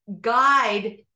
guide